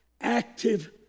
active